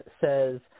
says